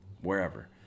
wherever